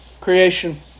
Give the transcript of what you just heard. creation